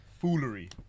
Foolery